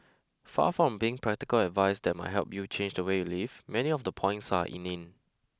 far from being practical advice that might help you change the way you live many of the points are inane